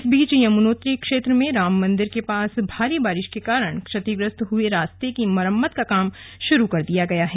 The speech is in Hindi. इस बीच यमुनोत्री क्षेत्र में राम मंदिर के पास भारी बारिश के कारण क्षतिग्रस्त हुए रास्ते की मरम्मत का काम शुरू कर दिया गया है